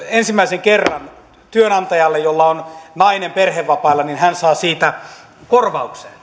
ensimmäisen kerran työnantaja jolla on nainen perhevapailla saa siitä korvauksen